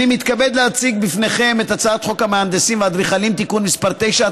אני מתכבד להציג בפניכם את הצעת חוק המהנדסים והאדריכלים (תיקון מס' 9),